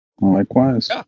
likewise